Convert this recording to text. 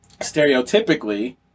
stereotypically